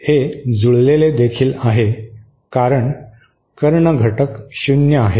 हे जुळलेले देखील आहे कारण कर्ण घटक शून्य आहेत